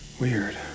Weird